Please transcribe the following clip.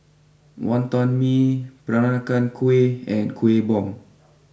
Wonton Mee Peranakan Kueh and Kueh Bom